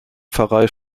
pfarrei